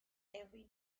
every